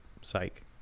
Psych